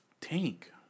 tank